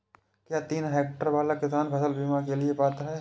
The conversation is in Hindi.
क्या तीन हेक्टेयर वाला किसान फसल बीमा के लिए पात्र हैं?